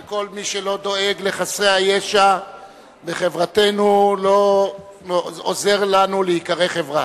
כל מי שלא דואג לחסרי הישע בחברתנו לא עוזר לנו להיקרא חברה.